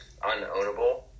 unownable